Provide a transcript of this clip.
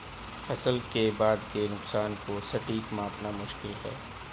फसल के बाद के नुकसान को सटीक मापना मुश्किल है